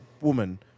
woman